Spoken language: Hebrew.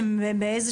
אנחנו באים